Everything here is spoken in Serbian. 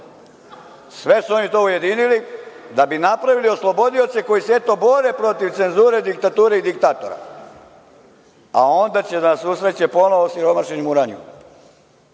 Sve su oni to ujedinili da bi napravili oslobodioce koji se, eto, bore protiv cenzure, diktature i diktatora, a onda će da nas usreće ponovo sa osiromašenim uranijumom.